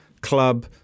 club